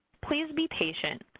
please be patient.